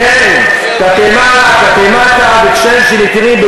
אם אתם חושבים שאתם המחנכים שלנו,